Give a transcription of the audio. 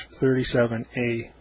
37A